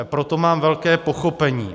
Proto mám velké pochopení.